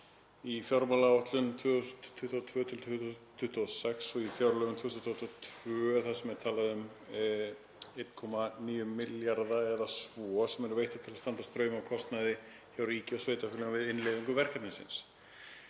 í fjármálaáætlun 2022–2026 og í fjárlögum 2022 þar sem er talað um 1,9 milljarða, eða svo, sem eru veittir til að standa straum af kostnaði hjá ríki og sveitarfélögum við innleiðingu verkefnisins.